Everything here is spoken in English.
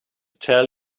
tell